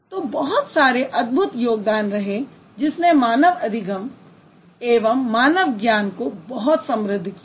तो बहुत सारे अद्भुत योगदान रहे जिसने मानव अधिगम एवं मानव ज्ञान को बहुत समृद्ध किया